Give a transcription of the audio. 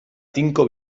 tinko